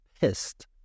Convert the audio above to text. pissed